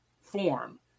form